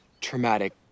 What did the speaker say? Traumatic